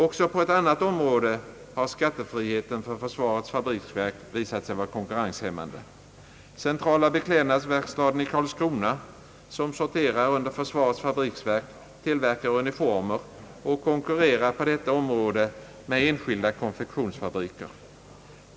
Också på ett annat område har skattefriheten för försvarets fabriksverk visit sig vara konkurrenshämmande. Centrala beklädnadsverkstaden i Karlskrona, som sorterar under försvarets fabriksverk, tillverkar uniformer och konkurrerar på detta område med enskilda konfektionsfabriker.